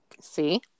see